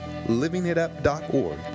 LivingItUp.org